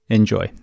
Enjoy